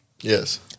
Yes